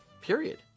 Period